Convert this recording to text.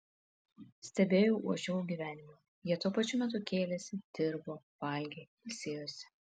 stebėjau uošvių gyvenimą jie tuo pačiu metu kėlėsi dirbo valgė ilsėjosi